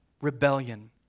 rebellion